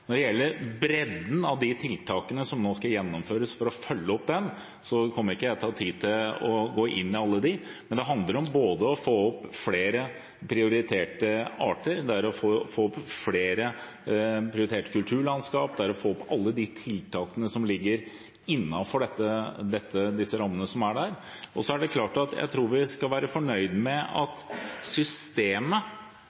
Når det gjelder bredden av de tiltakene som nå skal gjennomføres for å følge opp den, kommer ikke jeg til å ha tid til å gå inn i alle dem, men det handler om å få opp flere prioriterte arter og flere prioriterte kulturlandskap og alle de tiltakene som ligger innenfor rammene som er satt. Jeg tror vi skal være fornøyde med at systemet for naturforvaltning er ganske bra i Norge. Det